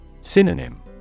Synonym